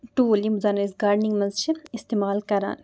tool یِم زَن أسۍ گارڈنِگ منٛز چھِ اِستعمال کران